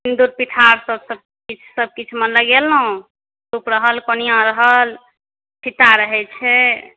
सिन्दूर पिठार सब सबकिछु मे लगेलहुॅं सुप रहल पनीयाँ रहल छिट्टा रहै छै